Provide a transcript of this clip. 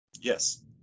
yes